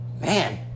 man